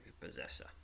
possessor